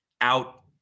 out